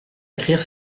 écrire